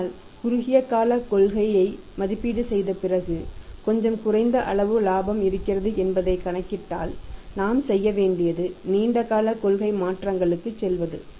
ஆனால் குறுகிய காலக் கொள்கையை மதிப்பீடு செய்த பிறகு கொஞ்சம் குறைந்த அளவு இலாபமும் இருக்கிறது என்பதைத் கணக்கிட்டால் நாம் செய்ய வேண்டியது நீண்ட கால கொள்கை மாற்றங்களுக்குச் செல்வது